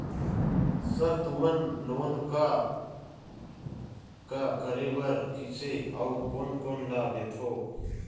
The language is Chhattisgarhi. सर तुमन लोन का का करें बर, किसे अउ कोन कोन ला देथों?